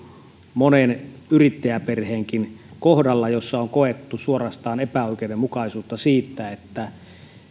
monen yrittäjäperheenkin kohdalla joissa on koettu suorastaan epäoikeudenmukaisuutta siitä että